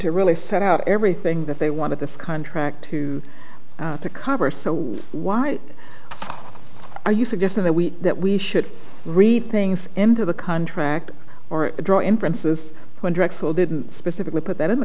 to really set out everything that they wanted this contract to cover so why are you suggesting that we that we should read things into the contract or draw inferences when direct didn't specifically put that in the